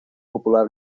popular